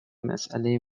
مساله